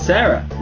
Sarah